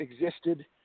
existed